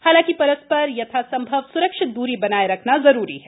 हालांकि रस् र यथासम्भव सुरक्षित दूरी बनाये रखना जरूरी है